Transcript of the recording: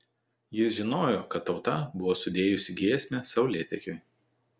jis žinojo kad tauta buvo sudėjusi giesmę saulėtekiui